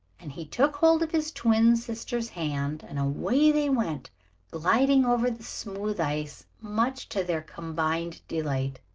and he took hold of his twin sister's hand, and away they went gliding over the smooth ice much to their combined delight.